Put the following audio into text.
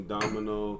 Domino